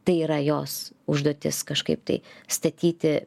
tai yra jos užduotis kažkaip tai statyti